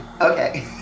okay